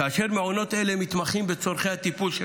כאשר מעונות אלה מתמחים בצורכי הטיפול של